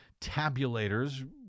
tabulators